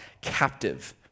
captive